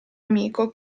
amico